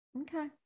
Okay